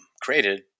created